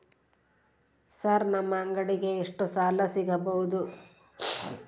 Sir ನಮ್ಮ ಅಂಗಡಿಗೆ ಎಷ್ಟು ಸಾಲ ಸಿಗಬಹುದು?